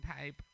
type